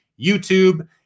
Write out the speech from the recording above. YouTube